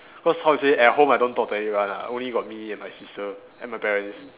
cause how to say at home I don't talk to anyone ah only got me and my sister and my parents